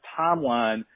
timeline